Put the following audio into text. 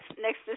next